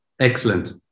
Excellent